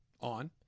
On